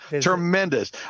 Tremendous